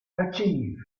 achieve